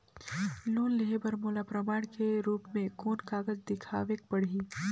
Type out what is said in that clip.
Loan लेहे बर मोला प्रमाण के रूप में कोन कागज दिखावेक पड़ही?